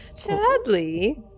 chadley